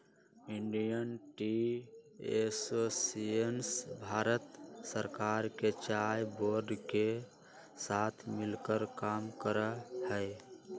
Indian Tea Association Bharat सरकार के चाय बोर्ड के साथ मिलकर काम करा हई